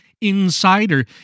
insider